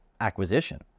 acquisition